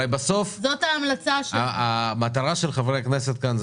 הרי בסוף המטרה של חברי הכנסת כאן היא